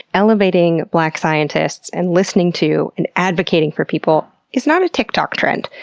elevating black scientists and listening to, and advocating for people, is not a tiktok trend.